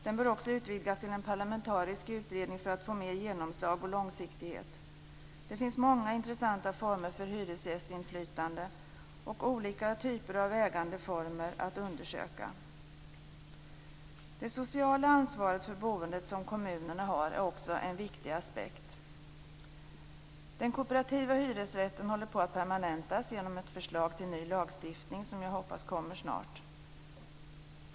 Den bör också utvidgas till att bli en parlamentarisk utredning för att få mer genomslag och långsiktighet. Det finns många intressanta former för hyresgästinflytande och olika typer av ägandeformer att undersöka. Det sociala ansvar för boendet som kommunerna har är också en viktig aspekt. Den kooperativa hyresrätten håller på att permanentas genom ett förslag till ny lagstiftning som jag hoppas kommer snart.